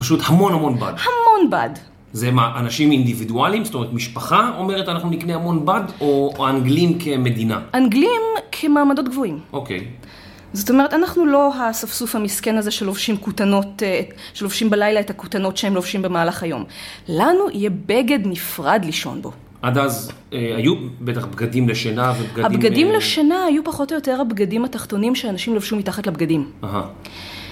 ‫פשוט המון המון בד. ‫-המון בד. ‫זה מה אנשים אינדיבידואליים? ‫זאת אומרת, משפחה אומרת ‫אנחנו נקנה המון בד ‫או אנגלים כמדינה? ‫אנגלים כמעמדות גבוהים. ‫-אוקיי. ‫זאת אומרת, אנחנו לא האספסוף ‫המשכן הזה שלובשים כותנות... ‫שלובשים בלילה את הכותנות ‫שהם לובשים במהלך היום. ‫לנו יהיה בגד נפרד לשון בו. ‫עד אז, היו בטח בגדים לשנה ו... ‫-הבגדים לשנה היו פחות או יותר בגדים התחתונים שאנשים לובשו מתחת לבגדים.